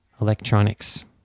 electronics